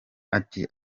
ati